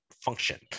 function